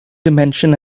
dimension